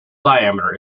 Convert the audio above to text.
diameter